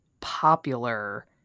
popular